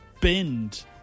binned